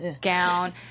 gown